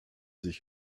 sich